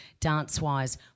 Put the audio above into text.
DanceWise